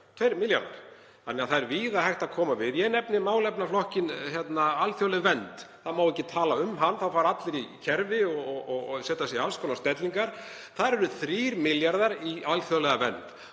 áður 2 milljarðar. Það er víða hægt að koma við. Ég nefni málefnaflokkinn alþjóðleg vernd. Það má ekki tala um hann, þá fara allir í kerfi og setja sig í alls konar stellingar. Það eru 3 milljarðar í alþjóðlega vernd.